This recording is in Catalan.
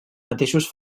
mateixos